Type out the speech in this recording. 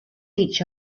each